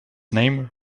name